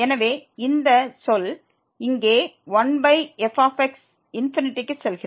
எனவே இந்த சொல் இங்கே 1f ∞ க்கு செல்கிறது